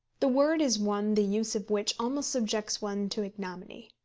the word is one the use of which almost subjects one to ignominy.